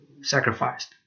sacrificed